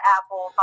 Apple